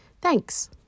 Thanks